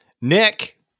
Nick